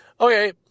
Okay